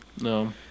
No